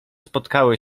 spotkały